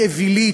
היא אווילית,